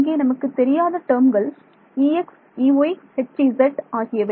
இங்கே நமக்கு தெரியாத டேர்ம்கள் Ex Ey Hz ஆகியவை